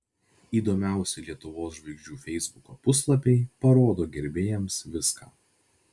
įdomiausi lietuvos žvaigždžių feisbuko puslapiai parodo gerbėjams viską